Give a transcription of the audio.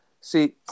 see